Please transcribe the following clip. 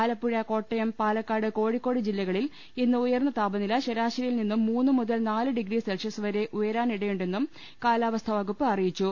ആലപ്പുഴ കോട്ടയം പാലക്കാട് കോഴിക്കോട് ജില്ലകളിൽ ഇന്ന് ഉയർന്ന താപനില ശരാശരിയിൽ നിന്നും മൂന്ന് മുതൽ നാല് ഡിഗ്രി സെൽഷ്യസ് വരെ ഉയരാനിടയുണ്ടെന്നും കാലാവസ്ഥാ വകുപ്പ് അറിയിച്ചു